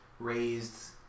Raised